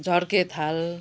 झर्के थाल